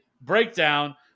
Breakdown